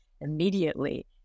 immediately